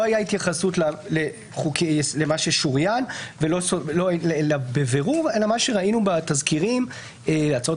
לא הייתה התייחסות למה ששוריין בבירור אלא מה שראינו בתזכירים הצעות